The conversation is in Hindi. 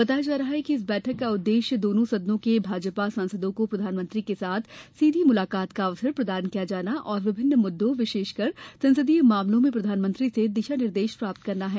बताया जा रहा कि इस बैठक का उद्देश्य दोनों सदनों के भाजपा सांसदों को प्रधानमंत्री के साथ सीधी मुलाकात का अवसर प्रदान किया जाना और विभिन्न मुद्दों विशेषकर संसदीय मामलों में प्रधानमंत्री से दिशा निर्देश प्राप्त करना है